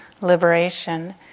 liberation